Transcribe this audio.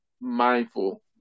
mindful